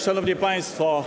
Szanowni Państwo!